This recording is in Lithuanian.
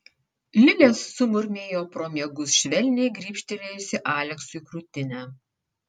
lilė sumurmėjo pro miegus švelniai gribštelėjusi aleksui krūtinę